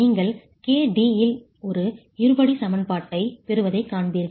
நீங்கள் kd இல் ஒரு இருபடிச் சமன்பாட்டைப் பெறுவதைக் காண்பீர்கள்